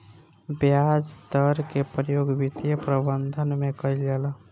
ब्याज दर के प्रयोग वित्तीय प्रबंधन में कईल जाला